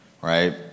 right